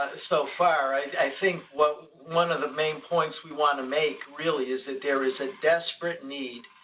so far, and i think one of the main points we want to make, really, is there is a desperate need